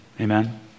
Amen